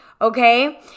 okay